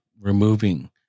removing